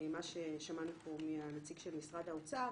ששמענו פה מהנציג של משרד האוצר.